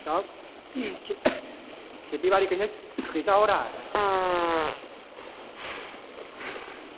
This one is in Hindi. साहब खेती बाड़ी कैसे कैसा हो रहा है